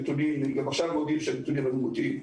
גם עכשיו מודים שהנתונים היו מוטעים.